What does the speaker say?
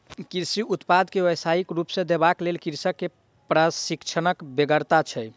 कृषि उत्पाद के व्यवसायिक रूप देबाक लेल कृषक के प्रशिक्षणक बेगरता छै